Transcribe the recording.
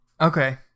Okay